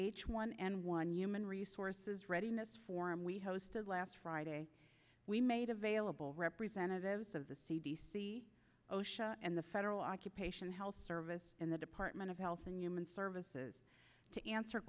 h one n one human resources readiness forum we hosted last friday we made available representatives of the c d c osha and the federal occupation health service and the department of health and human services to answer